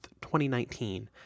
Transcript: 2019